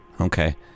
Okay